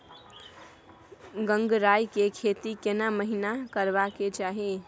गंगराय के खेती केना महिना करबा के चाही?